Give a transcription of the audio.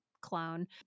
clone